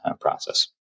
process